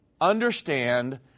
understand